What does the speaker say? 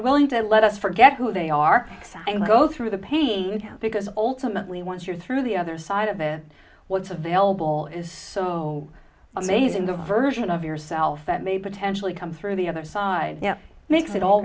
willing to let us forget who they are and go through the pain because ultimately once you're through the other side of it what's available is so amazing the version of yourself and maybe attention to come through the other side makes it all